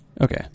Okay